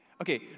Okay